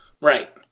Right